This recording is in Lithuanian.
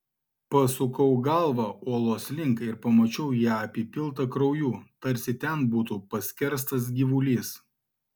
pasukau galvą uolos link ir pamačiau ją apipiltą krauju tarsi ten būtų paskerstas gyvulys